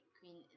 Queen